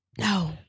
No